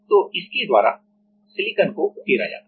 तो इस वगैरह द्वारा सिलिकॉन को उकेरा जाता है